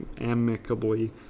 Amicably